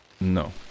No